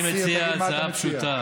אני מציע הצעה פשוטה,